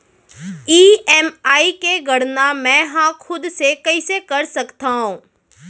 EMI के गड़ना मैं हा खुद से कइसे कर सकत हव?